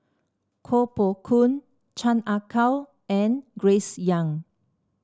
Koh Poh Koon Chan Ah Kow and Grace Young